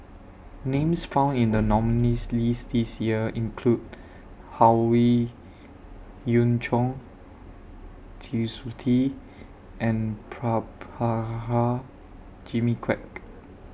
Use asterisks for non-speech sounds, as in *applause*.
Names found in The nominees' list This Year include Howe Yoon Chong Twisstii and *unintelligible* Jimmy Quek